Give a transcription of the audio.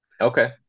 Okay